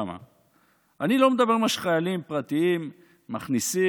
אני לא מדבר על מה שחיילים פרטיים מכניסים.